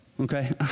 Okay